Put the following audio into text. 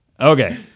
Okay